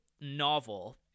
novel